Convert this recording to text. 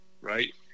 right